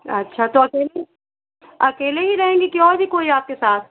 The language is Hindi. अच्छा तो अकेले अकेले ही रहेंगी कि और भी कोई आपके साथ